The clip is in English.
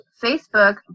Facebook